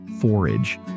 forage